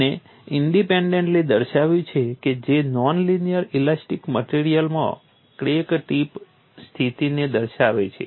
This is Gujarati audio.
તેમણે ઇન્ડેપેન્ડેન્ટલી દર્શાવ્યું છે કે જે નોન લિનિયર ઇલાસ્ટિક મટિરિયલમાં ક્રેક ટિપ સ્થિતિને દર્શાવે છે